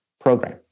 program